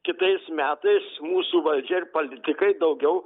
kitais metais mūsų valdžia ir politikai daugiau